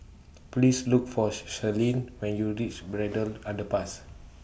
Please Look For She Selene when YOU REACH Braddell Underpass